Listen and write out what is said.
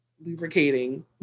lubricating